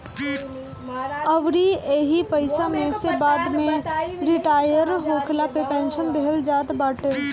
अउरी एही पईसा में से बाद में रिटायर होखला पे पेंशन देहल जात बाटे